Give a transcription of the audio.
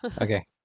Okay